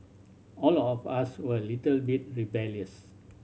all of us were a little bit rebellious